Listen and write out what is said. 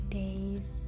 days